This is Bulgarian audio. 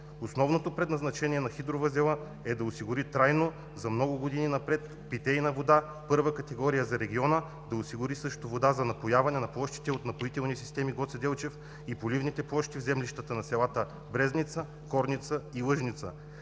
Основното предназначение на хидровъзела е да осигури трайно, за много години напред, питейна вода първа категория за региона, да осигури също вода за напояване на площите от „Напоителни системи“ – Гоце Делчев, и поливните площи в землищата на селата Брезница, Корница и Лъжница,